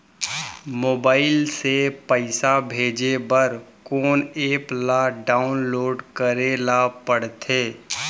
Mobile से पइसा भेजे बर कोन एप ल डाऊनलोड करे ला पड़थे?